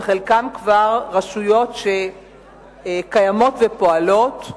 חלקם כבר רשויות שקיימות ופועלות,